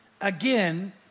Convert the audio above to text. Again